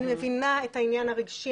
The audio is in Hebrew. אני מבינה את העניין הרגשי,